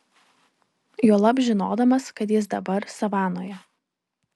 juolab žinodamas kad jis dabar savanoje